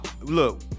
Look